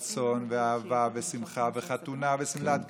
ורצון, ואהבה ושמחה, וחתונה ושמלת כלה,